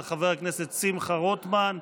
של חבר הכנסת שמחה רוטמן.